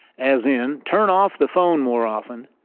as in, turn off the phone more often.